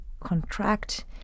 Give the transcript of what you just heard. contract